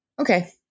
Okay